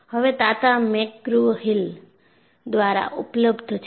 હવે Tata McGraw Hill દ્વારા ઉપલબ્ધ છે